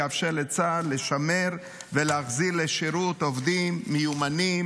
יאפשר לצה"ל לשמר ולהחזיר לשירות עובדים מיומנים,